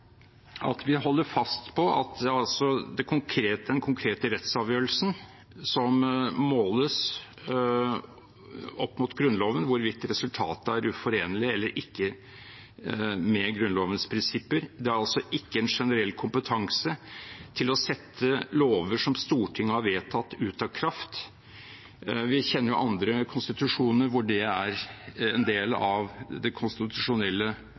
at vi holder fast på hvorvidt resultatet av den konkrete rettsavgjørelsen, som måles opp mot Grunnloven, er uforenlig eller ikke med Grunnlovens prinsipper. Det er ikke en generell kompetanse til å sette lover som Stortinget har vedtatt, ut av kraft. Vi kjenner jo andre konstitusjoner hvor det er en del av det konstitusjonelle